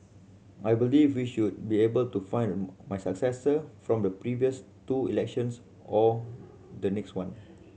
I believe we should be able to find my successor from the previous two elections or the next one